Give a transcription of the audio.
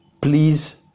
please